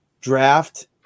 draft